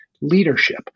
leadership